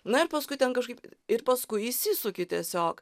na ir paskui ten kažkaip ir paskui įsisuki tiesiog